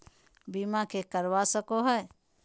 बीमा के करवा सको है?